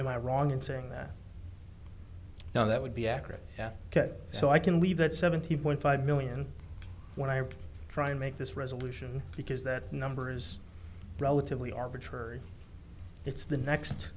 i wrong in saying that now that would be accurate ok so i can leave that seventy point five million when i try and make this resolution because that number's relatively arbitrary it's the next